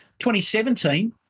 2017